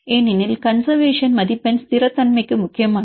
ஏனெனில் கன்செர்வேசன் மதிப்பெண் ஸ்திரத்தன்மைக்கு முக்கியமானது